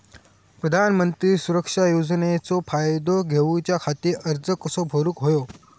प्रधानमंत्री सुरक्षा योजनेचो फायदो घेऊच्या खाती अर्ज कसो भरुक होयो?